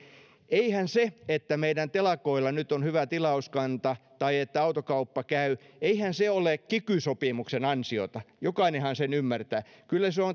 eihän se että meidän telakoilla nyt on hyvä tilauskanta tai että autokauppa käy ole kiky sopimuksen ansiota jokainenhan sen ymmärtää kyllä se on